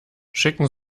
schicken